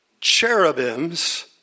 Cherubims